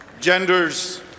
genders